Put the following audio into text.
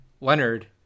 Leonard